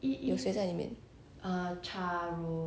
handsome handsome or not okay okay